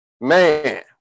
man